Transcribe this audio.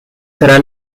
será